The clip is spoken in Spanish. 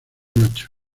macho